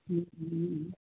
हम्म हम्म